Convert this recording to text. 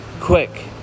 Quick